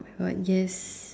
all right this